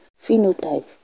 Phenotype